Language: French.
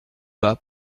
bas